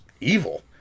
evil